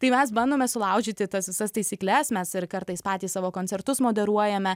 tai mes bandome sulaužyti tas visas taisykles mes ir kartais patys savo koncertus moderuojame